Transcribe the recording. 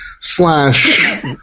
slash